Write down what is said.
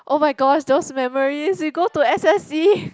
oh my gosh those memories we go to s_s_c